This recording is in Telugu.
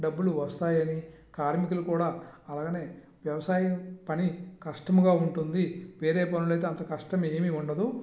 డబ్బులు వస్తాయని కార్మికులు కూడ అలాగనే వ్యవసాయం పని కస్టముగా ఉంటుంది వేరే పనులైతే అంత కస్టం ఏమీ ఉండదు